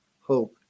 hope